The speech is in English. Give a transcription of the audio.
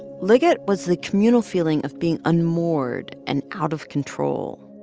liget was the communal feeling of being unmoored and out of control.